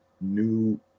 new